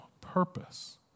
purpose